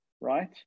right